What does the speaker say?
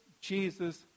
Jesus